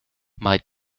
might